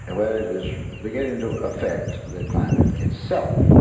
where it is beginning and to affect the climate itself.